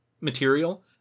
material